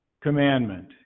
commandment